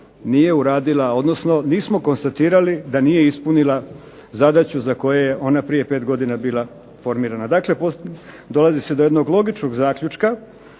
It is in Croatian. nije uradila, odnosno nismo konstatirali da nije ispunila zadaću za koju je ona prije 5 godina bila formirana. Dakle, dolazi se do jednog logičnog zaključka